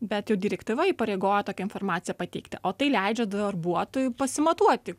bet jau direktyva įpareigoja tokią informaciją pateikti o tai leidžia darbuotojui pasimatuoti